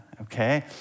okay